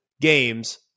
games